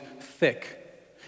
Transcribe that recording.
thick